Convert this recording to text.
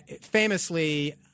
famously